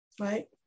Right